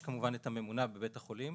יש כמובן את הממונה בבתי החולים,